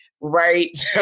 right